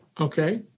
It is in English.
Okay